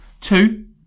Two